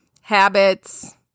habits